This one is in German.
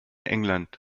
england